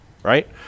right